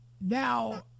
Now